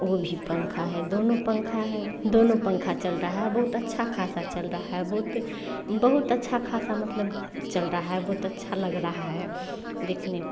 वो भी पंखे हैं दोनों पंखे हैं दोनों पंखे चल रहे हैं बहुत अच्छा ख़ासा चल रहा है बहुत बहुत अच्छा ख़ासा मतलब चल रहा है बहुत अच्छा लग रहा है देखने